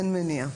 אין מניעה.